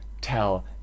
tell